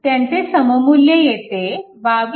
त्यांचे सममुल्य येते 22